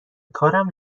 کارم